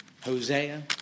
Hosea